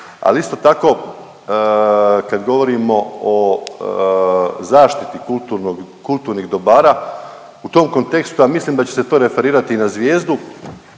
ali isto tako kad govorimo o zaštiti kulturnog, kulturnih dobara u tom kontekstu, a mislim da će se to referirati i na zvijezdu,